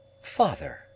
Father